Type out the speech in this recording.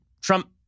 Trump